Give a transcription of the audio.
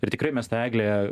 ir tikrai mes tą eglę